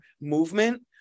movement